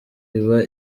iba